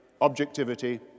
objectivity